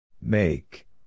Make